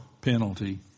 penalty